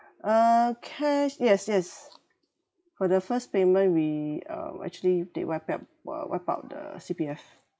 uh cash yes yes for the first payment we um actually they wipe out uh wipe out the C_P_F